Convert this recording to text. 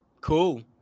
cool